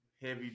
heavy